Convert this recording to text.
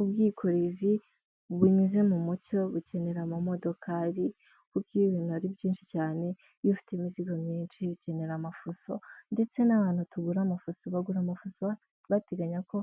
Ubwikorezi bunyuze mu mucyo bugukenera amamodokari, kuko iyo ibintu ari byinshi cyane iyo ufite imizigo myinshi ukenera amafuso ndetse n'abantu tugura amafuso, bagura amafuso bateganya ko